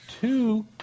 two